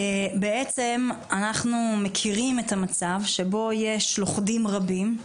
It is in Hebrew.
בעצם אנחנו מכירים את המצב שבו יש לוכדים רבים,